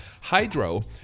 Hydro